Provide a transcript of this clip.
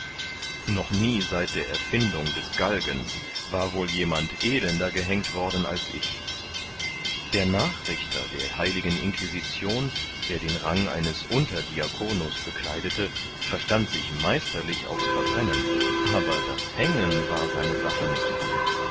noch nie seit der erfindung des galgens war wohl jemand elender gehängt worden als ich der nachrichter der heiligen inquisition der den rang eines unterdiakonus bekleidete verstand sich meisterlich aufs verbrennen aber das hängen war seine sache nicht